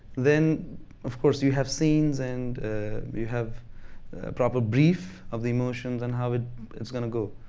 then of course you have scenes. and you have proper brief of the emotions and how it's going to go.